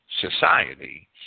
society